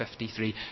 53